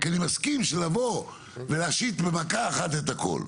כי אני מסכים שלבוא ולהשית במכה אחת את הכל,